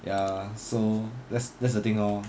ya so that's that's the thing lor